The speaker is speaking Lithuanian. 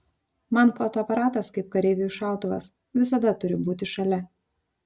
man fotoaparatas kaip kareiviui šautuvas visada turi būti šalia